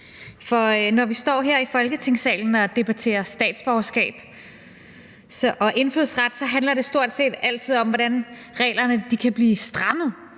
når vi står her i Folketingssalen og debatterer statsborgerskab og indfødsret, handler det stort set altid om, hvordan reglerne kan blive strammet;